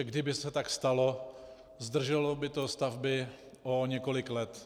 Kdyby se tak stalo, zdrželo by to stavby o několik let.